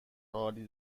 عالی